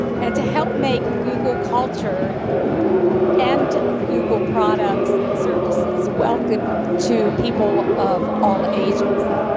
and to help make google culture and google products and services welcome to people of all ages.